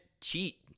cheat